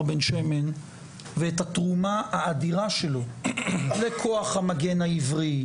בן שמן ואת התרומה האדירה שלו לכוח המגן העברי,